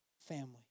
family